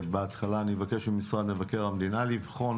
בהתחלה אני אבקש ממשרד מבקר המדינה לבחון